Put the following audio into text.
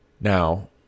Now